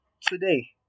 today